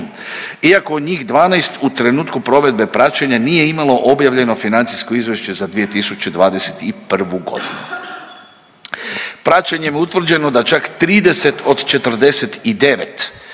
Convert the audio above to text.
iako njih 12 u trenutku provedbe praćenja nije imalo objavljeno financijsko izvješće za 2021. godinu. Praćenjem je utvrđeno da čak 30 od 49